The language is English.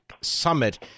summit